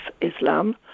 Islam